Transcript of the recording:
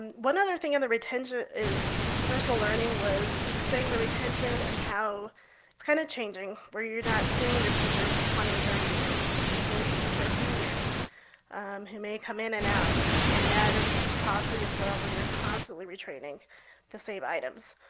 and one other thing on the professional learning was just seeing the retention and how it's kind of changing, where you're not seeing the teachers for twenty, thirty years. you're seeing teachers for a few years who may come in and out. and that is costly as well, where you're constantly retraining the same items.